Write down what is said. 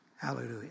Hallelujah